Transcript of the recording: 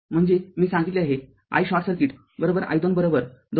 म्हणजे मी सांगितले आहे i शॉर्ट सर्किट i२२